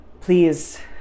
Please